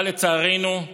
אבל לצערנו,